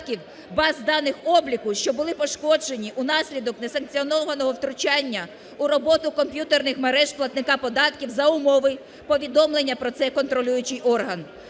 баз даних обліку, що були пошкоджені унаслідок несанкціонованого втручання у роботу комп'ютерних мереж платника податків за умови повідомлення про це контролюючий орган.